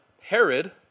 Herod